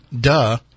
duh